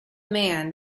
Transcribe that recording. man